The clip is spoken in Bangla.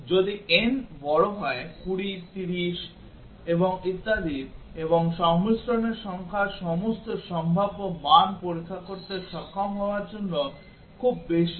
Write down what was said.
যদি n বড় হয় 20 30 এবং ইত্যাদি এবং সংমিশ্রণের সংখ্যা সমস্ত সম্ভাব্য মান পরীক্ষা করতে সক্ষম হওয়ার জন্য খুব বেশি